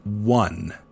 one